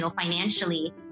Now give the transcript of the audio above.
financially